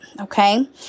okay